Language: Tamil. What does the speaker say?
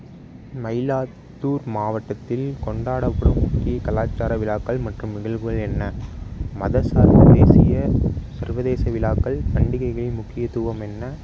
மயிலாத்தூர் மாவட்டத்தில் கொண்டாடப்படும் முக்கிய கலாச்சார விழாக்கள் மற்றும் நிகழ்வுகள் என்ன மதம் சார்ந்த தேசிய சர்வதேச விழாக்கள் பண்டிகைகளின் முக்கியத்துவம் என்ன